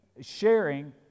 sharing